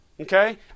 okay